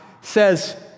Says